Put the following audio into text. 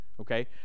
Okay